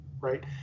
right